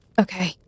Okay